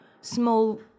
small